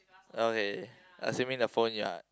okay assuming the phone ya